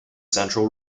central